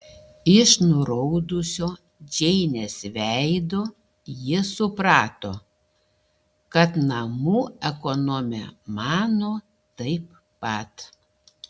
iš nuraudusio džeinės veido ji suprato kad namų ekonomė mano taip pat